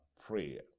prayer